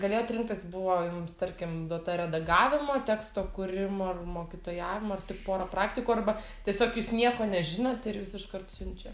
galėjot rinktis buvo jums tarkim duota redagavimo teksto kūrimo ar mokytojavimo ar tik pora praktikų arba tiesiog jūs nieko nežinot ir jus iškart siunčia